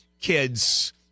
kids